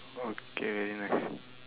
okay next